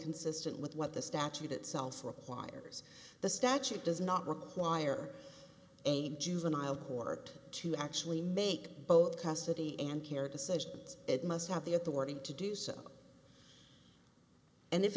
consistent with what the statute itself requires the statute does not require a juvenile court to actually make both custody and care decisions it must have the authority to do so and if